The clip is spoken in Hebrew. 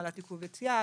הגבלת עיכוב יציאה,